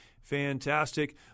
fantastic